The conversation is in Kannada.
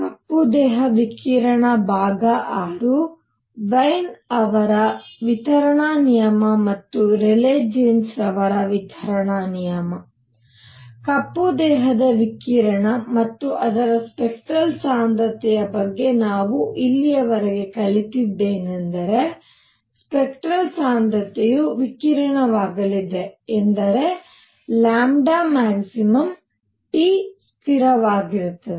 ಕಪ್ಪು ದೇಹದ ವಿಕಿರಣ VI ವೈನ್ ಅವರ ವಿತರಣಾ ನಿಯಮ ಮತ್ತು ರೇಲೀ ಜೀನ್ಸ್ ವಿತರಣಾ ನಿಯಮ ಕಪ್ಪು ದೇಹದ ವಿಕಿರಣ ಮತ್ತು ಅದರ ಸ್ಪೆಕ್ಟರಲ್ ಸಾಂದ್ರತೆಯ ಬಗ್ಗೆ ನಾವು ಇಲ್ಲಿಯವರೆಗೆ ಕಲಿತದ್ದೇನೆಂದರೆ ಸ್ಪೆಕ್ಟರಲ್ ಸಾಂದ್ರತೆಯು ವಿಕಿರಣವಾಗಲಿದೆ ಎಂದರೆ maxT ಸ್ಥಿರವಾಗಿರುತ್ತದೆ